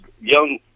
young